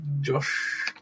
Josh